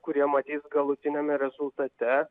kurie matys galutiniame rezultate